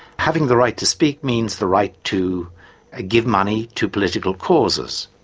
having the right to speak means the right to ah give money to political causes,